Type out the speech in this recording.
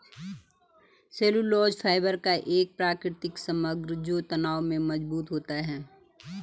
cellulose fibre का एक प्राकृतिक समग्र जो तनाव में मजबूत होता है